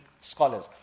scholars